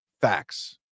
facts